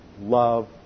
love